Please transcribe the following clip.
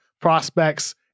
prospects